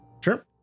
Sure